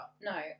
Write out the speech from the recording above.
No